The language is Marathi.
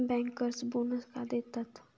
बँकर्स बोनस का देतात?